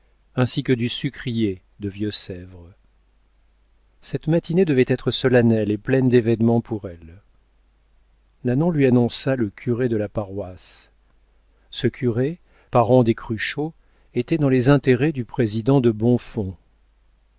ainsi que du sucrier de vieux sèvres cette matinée devait être solennelle et pleine d'événements pour elle nanon lui annonça le curé de la paroisse ce curé parent des cruchot était dans les intérêts du président de